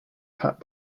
pat